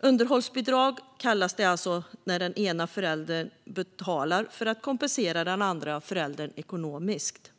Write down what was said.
Underhållsbidrag kallas det alltså när den ena föräldern betalar för att kompensera den andra föräldern ekonomiskt.